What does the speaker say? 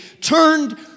turned